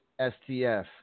STF